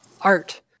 Art